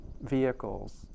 vehicles